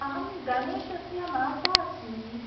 अहं गणेशस्य माता अस्मि